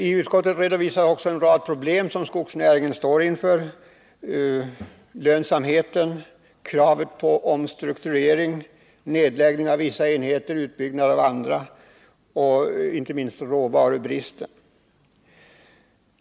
I utskottsbetänkandet redovisas också en rad problem som skogsnäringen står inför, t.ex. lönsamheten, kravet på omstrukturering, nedläggning av vissa enheter, utbyggnad av andra, och inte minst råvarubristen.